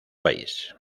país